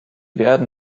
werden